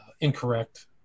incorrect